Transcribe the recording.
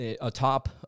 atop